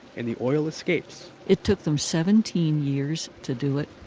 and the oil escapes it took them seventeen years to do it.